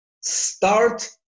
start